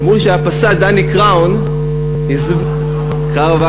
אמרו לי שהפסל דני קראון, קרוון.